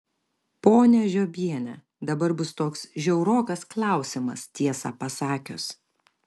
ponia žiobiene dabar bus toks žiaurokas klausimas tiesą pasakius